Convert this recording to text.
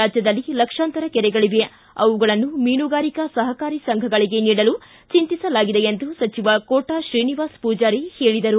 ರಾಜ್ಯದಲ್ಲಿ ಲಕ್ಷಾಂತರ ಕೆರೆಗಳಿವೆ ಅವುಗಳನ್ನು ಮೀನುಗಾರಿಕಾ ಸಹಕಾರಿ ಸಂಘಗಳಿಗೆ ನೀಡಲು ಚೆಂತಿಸಲಾಗಿದೆ ಎಂದು ಸಚಿವ ಕೋಟಾ ಶ್ರೀನಿವಾಸ ಮೂಜಾರಿ ಹೇಳಿದರು